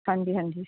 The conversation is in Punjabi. ਹਾਂਜੀ ਹਾਂਜੀ